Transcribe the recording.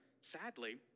Sadly